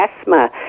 asthma